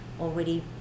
already